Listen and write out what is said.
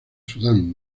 sudán